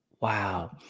Wow